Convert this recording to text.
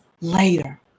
later